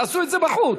תעשו את זה בחוץ.